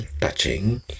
touching